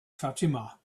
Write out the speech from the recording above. fatima